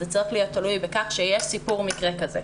זה צריך להיות תלוי בכך שיש סיפור מקרה כזה.